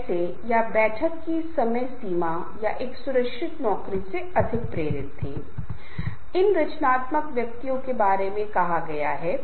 संबंध बनाना इतना आसान नहीं है रिश्ते तोड़नाब्रेकिंग रिलेशनशिप बहुत सरल बहुत आसान होता है